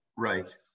Right